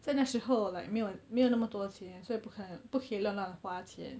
在那时候 like 没有没有那么多钱所以不可不可以乱乱花钱